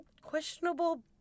questionable